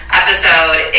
episode